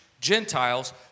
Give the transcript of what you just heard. Gentiles